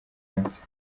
munsi